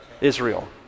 Israel